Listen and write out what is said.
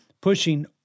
pushing